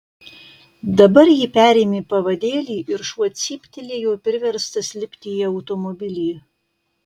dabar ji perėmė pavadėlį ir šuo cyptelėjo priverstas lipti į automobilį